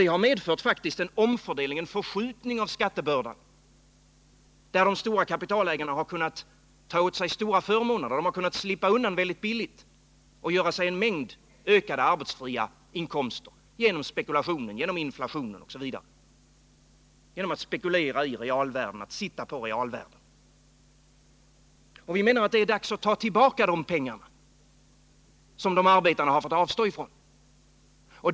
Det har medfört en omfördelning, en förskjutning av skattebördan, som inneburit att de stora kapitalägarna har kunnat ta åt sig ansenliga förmåner, slippa undan väldigt billigt och göra sig en mängd ökade arbetsfria inkomster genom spekulationer, genom inflationen och genom att spekulera i eller sitta på realvärden. Det är dags att ta tillbaka de pengar som arbetarna har fått avstå från.